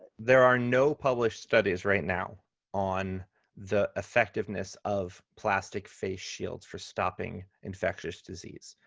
there are no published studies right now on the effectiveness of plastic face shields for stopping infectious disease